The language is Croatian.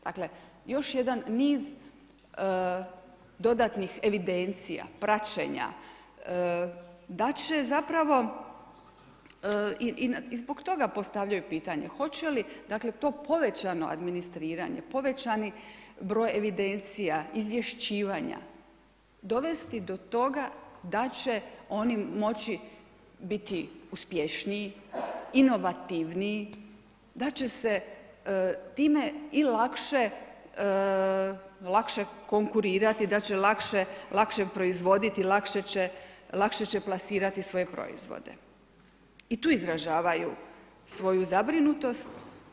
Dakle još jedan niz dodatnih evidencija, praćenja, da će zapravo i zbog toga postavljaju pitanje, hoće li to povećano administriranje, povećani broj evidencija izvješćivanja dovesti do toga da će oni moći biti uspješniji, inovativniji, da će se time i lakše konkurirati, da će lakše proizvoditi, lakše će plasirati svoje proizvode i tu izražavaju svoju zabrinutost.